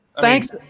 Thanks